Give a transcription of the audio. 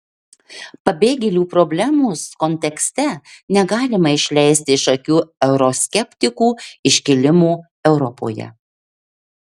pabėgėlių problemos kontekste negalima išleisti iš akių euroskeptikų iškilimo europoje